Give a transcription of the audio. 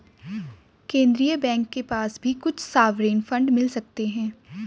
केन्द्रीय बैंक के पास भी कुछ सॉवरेन फंड मिल सकते हैं